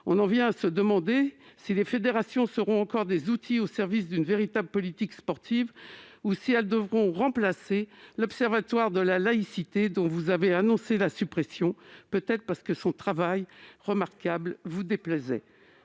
On en vient à se demander si les fédérations seront encore des outils au service d'une véritable politique sportive, ou si elles devront remplacer l'Observatoire de la laïcité, dont vous avez annoncé la suppression, peut-être parce que le travail remarquable qu'il accomplissait